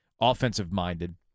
offensive-minded